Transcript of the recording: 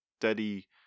steady